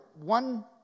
one